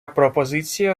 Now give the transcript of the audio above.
пропозиція